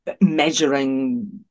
measuring